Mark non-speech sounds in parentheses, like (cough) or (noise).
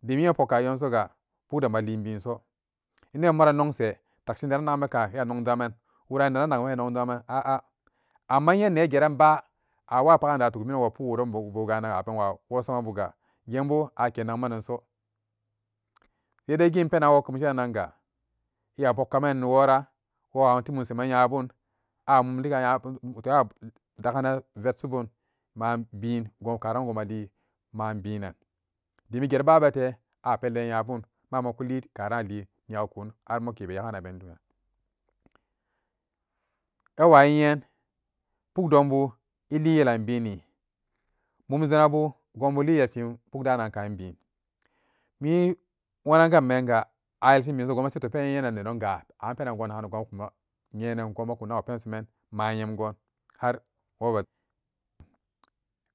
Den ipuk kagen soga puk dembla nbin so inonmuran inonshe tacshinma iyanon gaman aca, amma iyenegeran ba a wopagan da toc mi wo pukwo (unintelligible) eyapuk kamanan newora waman tom shiman nyabum amumlega nyabum (unintelligible) dem eget iba bete nyabum mamakuli karan ali negekon mukebe yaganan abene duniya awamyen pukdom bu iliyalan beni muzanabu gobu liyel shin puk da kanan be we wan an gambe ga (unintelligible) mavamgun wobe